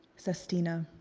sestina.